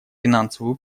финансовую